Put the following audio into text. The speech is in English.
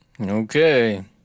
okay